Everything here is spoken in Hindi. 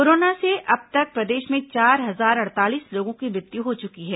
कोरोना से अब तक प्रदेश में चार हजार अड़तालीस लोगों की मृत्यु हो चुकी है